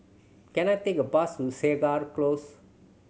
can I take a bus to Segar Close